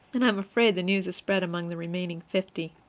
and i am afraid the news has spread among the remaining fifty.